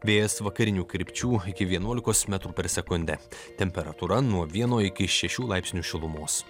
vėjas vakarinių krypčių iki vienuolikos metrų per sekundę temperatūra nuo vieno iki šešių laipsnių šilumos